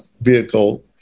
vehicle